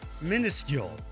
minuscule